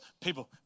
people